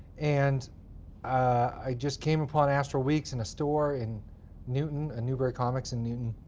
and i just came upon astral weeks in a store in newton, a newbury comics in newton.